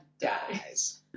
dies